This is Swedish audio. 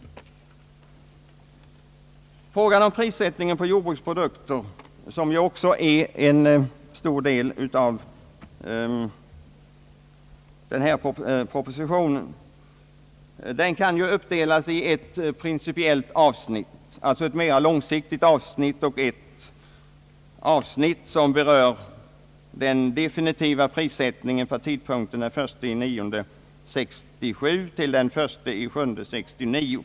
Frågan om prissättningen på jordbrukets produkter upptar en stor del av propositionen. Den behandlas i ett principiellt, mera långsiktigt avsnitt och i ett avsnitt som berör den defintiva prissättningen från den 1 7 1969.